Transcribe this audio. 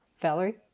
Valerie